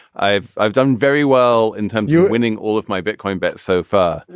i've i've done very well in time. you winning all of my bitcoin bets so far.